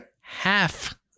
half